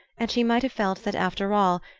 and she might have felt that, after all,